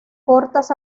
cortas